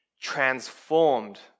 transformed